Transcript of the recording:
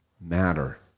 matter